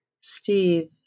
Steve